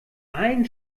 allen